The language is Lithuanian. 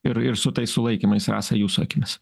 ir ir su tais sulaikymais rasa jūsų akimis